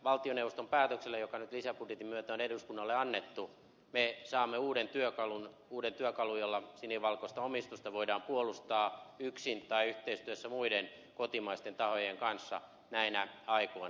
valtioneuvoston päätöksellä joka nyt lisäbudjetin myötä on eduskunnalle annettu me saamme uuden työkalun jolla sinivalkoista omistusta voidaan puolustaa yksin tai yhteistyössä muiden kotimaisten tahojen kanssa näinä aikoina